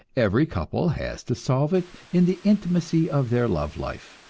every couple has to solve it in the intimacy of their love life,